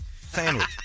sandwich